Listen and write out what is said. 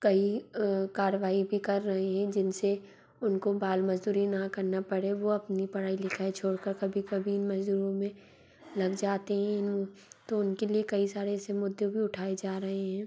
कई कारवाई भी कर रहे हैं जिन से उनको बाल मज़दूरी ना करना पड़े वो अपनी पढ़ाई लिखाई छोड़ कर कभी कभी इस मज़दूरी में लग जाते हैं तो उनके लिए कई सारे ऐसे मुद्दे भी उठाए जा रहे हैं